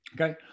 Okay